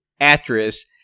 actress